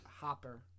Hopper